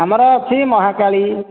ଆମର ଅଛି ମହାକାଳୀ